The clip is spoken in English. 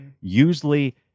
usually